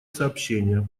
сообщения